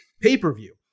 pay-per-view